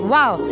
Wow